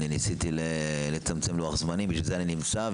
ניסיתי לצמצם לוח זמנים בשביל זה אני נמצא,